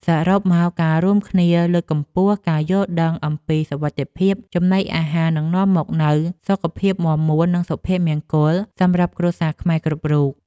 សរុបមក ការរួមគ្នាលើកកម្ពស់ការយល់ដឹងអំពីសុវត្ថិភាពចំណីអាហារនឹងនាំមកនូវសុខភាពមាំមួននិងសុភមង្គលសម្រាប់គ្រួសារខ្មែរគ្រប់រូប។